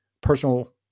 personal